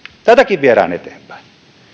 tätäkin viedään eteenpäin